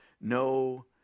no